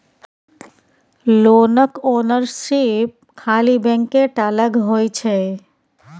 लोनक ओनरशिप खाली बैंके टा लग होइ छै